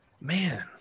Man